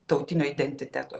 tautinio identiteto